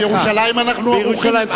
בירושלים אנחנו ערוכים לזה.